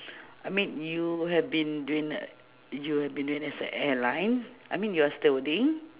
I mean you have been doing the you have been as an airline I mean you are stewarding